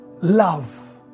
love